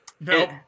Nope